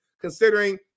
considering